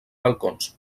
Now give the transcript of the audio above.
balcons